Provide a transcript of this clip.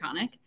iconic